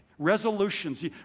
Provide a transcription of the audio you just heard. resolutions